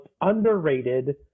underrated